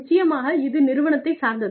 நிச்சயமாக இது நிறுவனத்தைச் சார்ந்தது